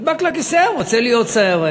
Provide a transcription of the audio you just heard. נדבק לכיסא, הוא רוצה להיות שר.